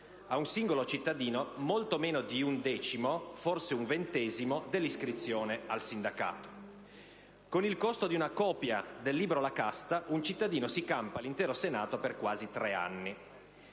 a un singolo cittadino molto meno di un decimo, forse un ventesimo dell'iscrizione al sindacato. Con il costo di una copia del libro «La Casta» un cittadino si campa l'intero Senato per quasi tre anni.